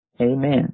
Amen